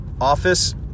office